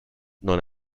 non